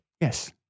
Yes